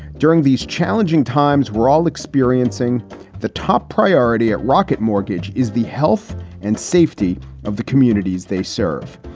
during these challenging times, we're all experiencing the top priority at rocket mortgage is the health and safety of the communities they serve.